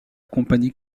compagnie